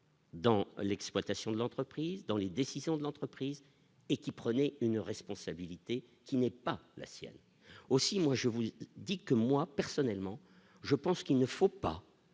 Dans l'exploitation de l'entreprise dans les décisions de l'entreprise et qui prenait une responsabilité qui n'est pas la sienne aussi, moi je vous dis que moi personnellement je pense qu'il ne faut pas